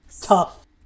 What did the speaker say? Tough